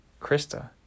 Krista